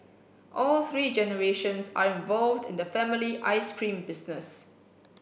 all three generations are involved in the family ice cream business